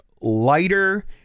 lighter